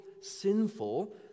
sinful